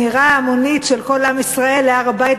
הנהירה ההמונית של כל עם ישראל להר-הבית,